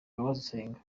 gusenga